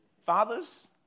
Fathers